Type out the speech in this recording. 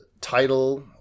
title